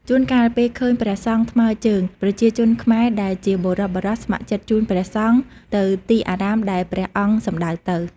ជួនកាល ពេលឃើញព្រះសង្ឃថ្មើរជើង ប្រជាជនខ្មែរដែលជាបុរសៗស្ម័គ្រចិត្តជូនព្រះសង្ឃទៅទីអារាមដែលព្រះអង្គសំដៅទៅ។